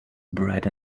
bread